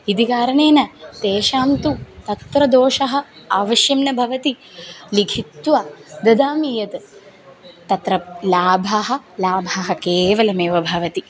इति कारणेन तेषां तु तत्र दोषः अवश्यं न भवति लिखित्वा ददामि यत् तत्र लाभः लाभः केवलमेव भवति